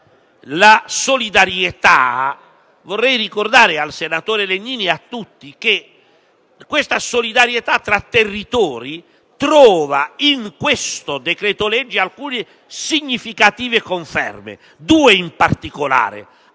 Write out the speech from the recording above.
la solidarietà tra territori trova in questo decreto-legge alcune significative conferme, due in particolare: